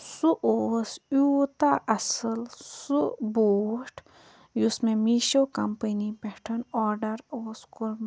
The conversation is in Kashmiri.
سُہ اوس یوٗتاہ اَصٕل سُہ بوٗٹھ یُس مےٚ میٖشو کَمپٔنی پٮ۪ٹھ آرڈَر اوس کوٚرمُت